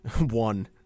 One